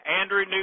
Andrew